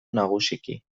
nagusiki